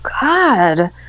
god